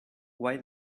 why